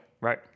Right